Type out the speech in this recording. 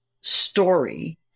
story